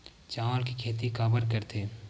चावल के खेती काबर करथे?